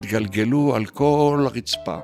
גלגלו על כל רצפה